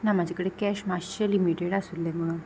ना म्हाजे कडेन कॅश मातशें लिमिटेड आशिल्ले म्हणून